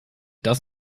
das